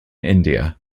india